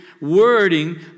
wording